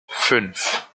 fünf